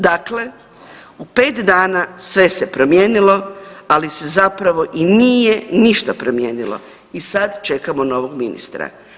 Dakle, u 5 dana sve se promijenilo, ali se zapravo i nije ništa promijenilo i sad čekamo novog ministra.